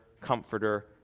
comforter